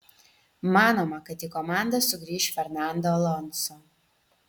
manoma kad į komandą sugrįš fernando alonso